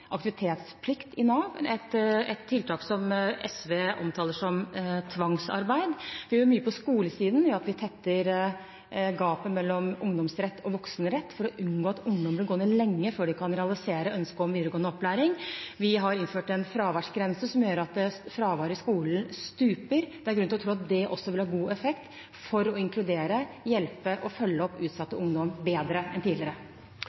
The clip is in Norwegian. aktivitetsplikt i Nav, et tiltak som SV omtaler som tvangsarbeid. Vi gjør mye på skolesiden ved at vi tetter gapet mellom ungdomsrett og voksenrett for å unngå at ungdom blir gående lenge før de kan realisere ønsket om videregående opplæring. Vi har innført en fraværsgrense som gjør at fraværet i skolen stuper. Det er grunn til å tro at det også vil ha god effekt for å inkludere, hjelpe og følge opp utsatt ungdom bedre enn tidligere.